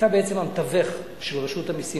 אתה בעצם המתווך של רשות המסים.